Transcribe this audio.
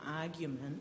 argument